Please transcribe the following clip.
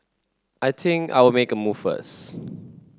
I think I'll make a move first